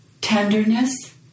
tenderness